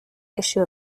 issue